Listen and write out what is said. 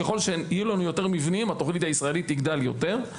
ככל שיהיו לנו יותר מבנים התוכנית הישראלית תגדל יותר.